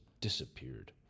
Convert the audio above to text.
disappeared